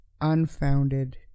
unfounded